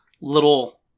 little